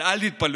אבל אל תתפלאו